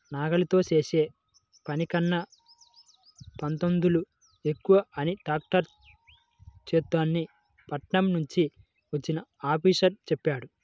నాగలితో చేసే పనికన్నా పదొంతులు ఎక్కువ పని ట్రాక్టర్ చేత్తదని పట్నం నుంచి వచ్చిన ఆఫీసరు చెప్పాడు